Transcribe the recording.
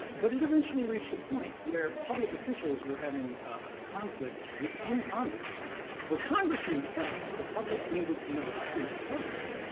but it eventually reached a point where public officials were having conflicts within congress where congressmen felt the public needed to know the truth of programs.